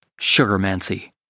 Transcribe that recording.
Sugarmancy